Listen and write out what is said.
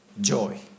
joy